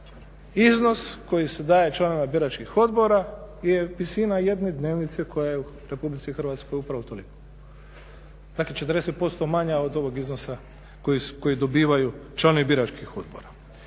iznos koji se daje članovima biračkih odbora je visina jedne dnevnice koja je u RH upravo toliko. Dakle, 40% manja od ovog iznosa koji dobivaju članovi biračkih odbora.